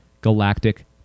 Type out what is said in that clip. galactic